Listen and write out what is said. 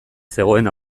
zegoen